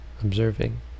observing